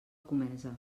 comesa